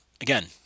again